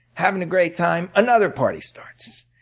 having a great time another party starts.